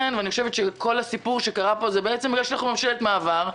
ואני חושבת שכל הסיפור שקרה פה זה בגלל שאנחנו ממשלת מעבר,